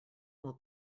will